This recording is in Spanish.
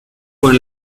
con